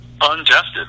untested